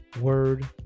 word